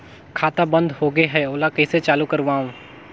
खाता बन्द होगे है ओला कइसे चालू करवाओ?